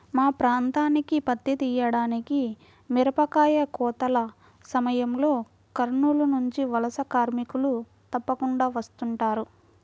మా ప్రాంతానికి పత్తి తీయడానికి, మిరపకాయ కోతల సమయంలో కర్నూలు నుంచి వలస కార్మికులు తప్పకుండా వస్తుంటారు